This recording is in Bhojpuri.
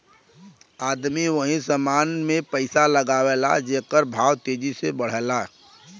आदमी वही समान मे पइसा लगावला जेकर भाव तेजी से बढ़ला